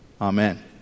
Amen